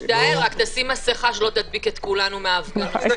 תשתעל, רק שים מסכה, שלא תדביק את כולנו מההפגנות.